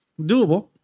Doable